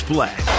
Black